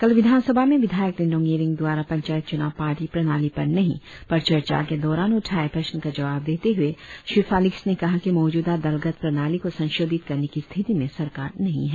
कल विधानसभा में विधायक निनोंग ईरिंग दवारा पंचायत च्नाव पार्टी प्रणाली पर नही पर चर्चा के दौरान उठाएं प्रश्न का जवाब देते हए श्री फेलिक्स ने कहा कि मौजूदा दलगत प्रणाली को संशोधित करने की स्थिति में सरकार नहीं है